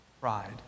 Pride